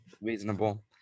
reasonable